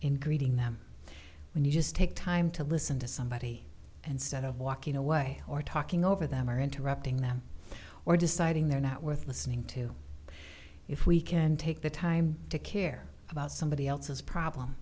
and greeting them when you just take time to listen to somebody and sort of walking away or talking over them or interrupting them or deciding they're not worth listening to if we can take the time to care about somebody else's problem